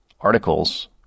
articles